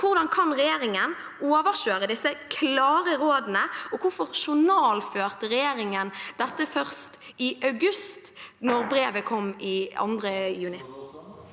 Hvordan kan regjeringen overkjøre disse klare rådene, og hvorfor journalførte regjeringen dette først i august når brevet kom den 2. juni?